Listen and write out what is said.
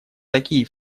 такие